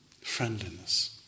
friendliness